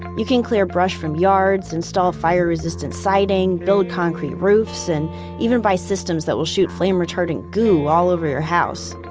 you can clear brush from yards, install fire-resistant siding, build concrete roofs, and even buy systems that will shoot flame-retardant goo all over your house.